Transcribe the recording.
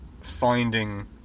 finding